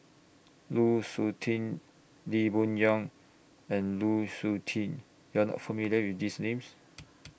Lu Suitin Lee Boon Yang and Lu Suitin YOU Are not familiar with These Names